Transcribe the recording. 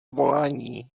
volání